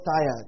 tired